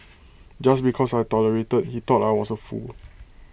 just because I tolerated he thought I was A fool